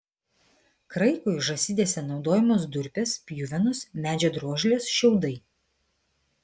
kraikui žąsidėse naudojamos durpės pjuvenos medžio drožlės šiaudai